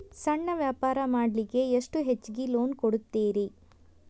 ಸಣ್ಣ ವ್ಯಾಪಾರ ಮಾಡ್ಲಿಕ್ಕೆ ಎಷ್ಟು ಹೆಚ್ಚಿಗಿ ಲೋನ್ ಕೊಡುತ್ತೇರಿ?